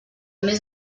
mes